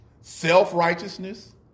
self-righteousness